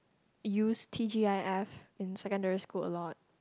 used T_G_I_F in secondary school a lot